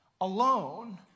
alone